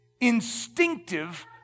instinctive